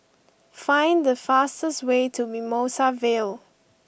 find the fastest way to Mimosa Vale